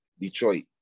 Detroit